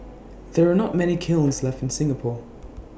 there are not many kilns left in Singapore